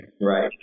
right